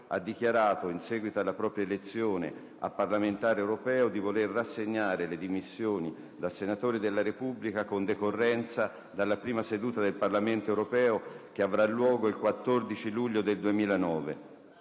ha dichiarato, in seguito alla propria elezione a parlamentare europeo, di voler rassegnare le dimissioni da senatore della Repubblica, con decorrenza dalla prima seduta del Parlamento europeo, che avrà luogo il 14 luglio 2009.